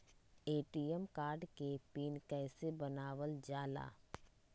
ATM card के PIN कैसे बनावल जाला?